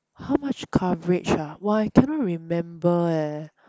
how much coverage ah !wah! I cannot remember eh